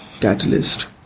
Catalyst